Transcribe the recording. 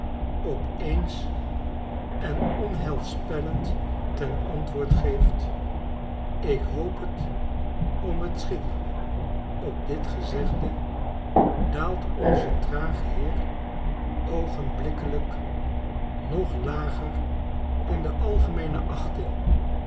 op eens en onheiispellend ten antwoord geeft ik hoop het om t schip op dit gezegde daalt onze trage heer oogenblikkelijk nog lager in de algemeene achting